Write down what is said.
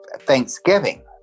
Thanksgiving